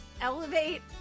elevate